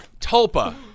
Tulpa